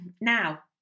Now